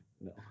No